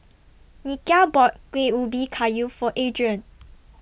Nikia bought Kueh Ubi Kayu For Adrian